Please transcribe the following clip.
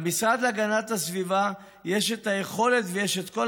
למשרד להגנת הסביבה יש את היכולת ויש את כל